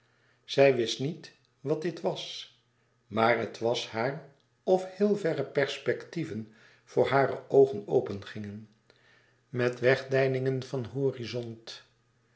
zij wist niet wat dit was maar het was haar of heel verre perspectieven voor hare oogen opengingen met wegdeiningen van